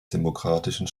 demokratischen